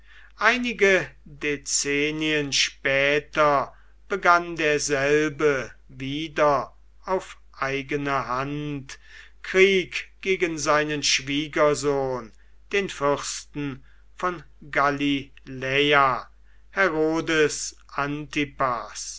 einige dezennien später begann derselbe wieder auf eigene hand krieg gegen seinen schwiegersohn den fürsten von galiläa herodes